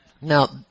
Now